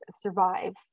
survive